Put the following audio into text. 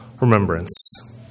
remembrance